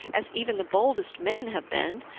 as even the boldest men have been,